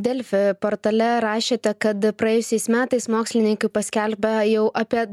delfi portale rašėte kad praėjusiais metais mokslininkai paskelbė jau apie